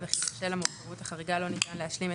וכי בשל המורכבות החריגה לא ניתן להשלים את